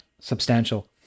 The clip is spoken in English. substantial